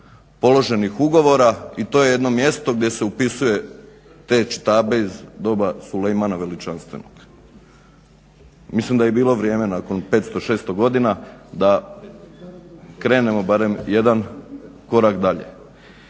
položenih ugovora i to je jedno mjesto gdje se upisuje te čitabe iz doba Sulejmana Veličanstvenog. Mislim da je i bilo vrijeme nakon 500, 600 godina da krenemo barem jedan korak dalje.